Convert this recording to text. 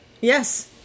Yes